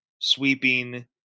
sweeping